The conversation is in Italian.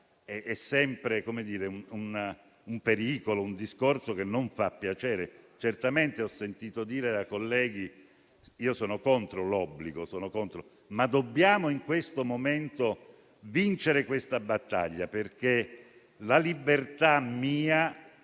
è sempre un pericolo e un discorso che non fa piacere. Certamente, ho sentito dire da colleghi di essere contrari all'obbligo, ma in questo momento dobbiamo vincere questa battaglia, perché la libertà mia